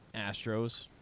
Astros